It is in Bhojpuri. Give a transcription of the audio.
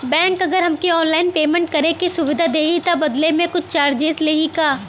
बैंक अगर हमके ऑनलाइन पेयमेंट करे के सुविधा देही त बदले में कुछ चार्जेस लेही का?